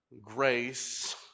grace